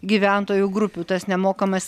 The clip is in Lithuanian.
gyventojų grupių tas nemokamas